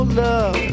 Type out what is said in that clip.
love